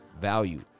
value